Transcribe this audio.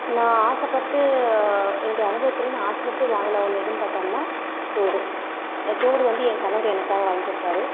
நான் ஆசைப்பட்டு என்னுடைய அனுபவத்தில் நான் ஆசைப்பட்டு வாங்கின ஒன்று எதுன்னு பார்த்தோம்னா தோடு இந்த தோடு வந்து ஏன் கணவர் எனக்காக வாங்கிக்கொடுத்தாரு